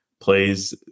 plays